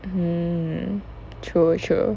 mmhmm true true